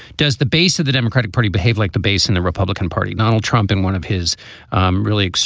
does the base of the democratic party behave like the base in the republican party? donald trump in one of his um really